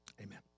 Amen